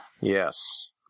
yes